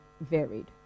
varied